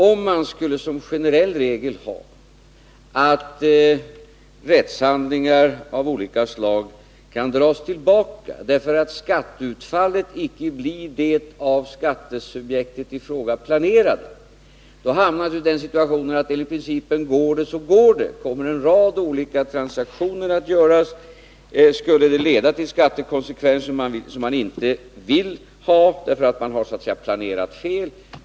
Om man skulle ha den generella regeln att rättshandlingar av olika slag kan dras tillbaka, därför att skatteutfallet icke blir det av skattesubjektet i fråga planerade, hamnar man i en situation där människor kommer att göra en rad transaktioner enligt principen går det så går det. Det skulle leda till skattekonsekvenser som man inte vill ha, därför att man så att säga har planerat fel.